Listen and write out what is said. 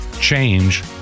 change